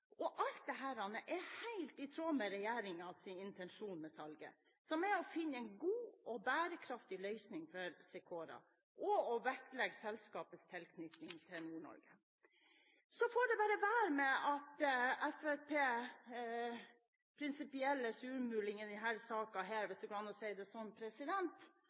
viser. Alt dette er helt i tråd med regjeringens intensjon med salget, som er å finne en god og bærekraftig løsning for Secora og å vektlegge selskapets tilknytning til Nord-Norge. Det får bare være med Fremskrittspartiets prinsipielle surmuling i denne saken, hvis det går an å si det sånn.